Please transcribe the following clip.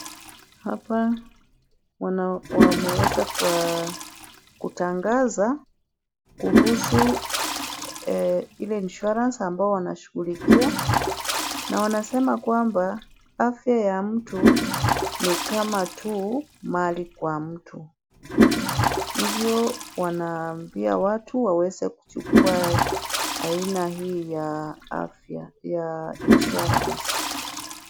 Hapa wameweza kutangaza kuhusu ile insurance ambao wanashughulikia na wanasema kwamba afya ya mtu ni kama tu mali kwa mtu. Hivyo wanaambia watu waweze kuchukua aina hii ya afya ya insurance .